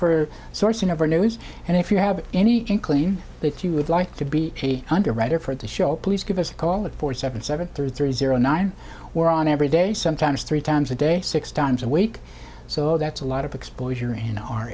our news and if you have any inkling that you would like to be a underwriter for the show please give us a call at four seven seven three three zero nine we're on every day sometimes three times a day six times a week so that's a lot of exposure in our